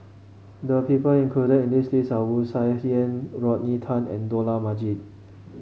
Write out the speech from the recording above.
the people included in this list are Wu Tsai Yen Rodney Tan and Dollah Majid